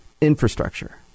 infrastructure